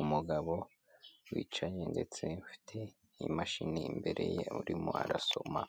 umugabo wicaye ndetse ufite n'imashini imbere ye urimo arasoma.